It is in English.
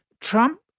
Trump